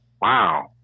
Wow